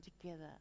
together